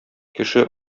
кеше